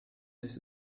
this